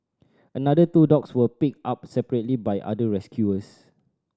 another two dogs were picked up separately by other rescuers